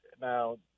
now